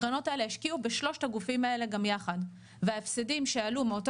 הקרנות האלה השקיעו בשלושת הגופים האלה גם יחד וההפסדים שעלו מאותו